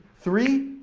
three,